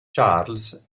charles